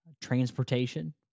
Transportation